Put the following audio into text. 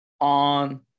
on